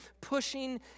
pushing